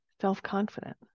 self-confident